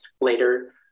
later